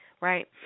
Right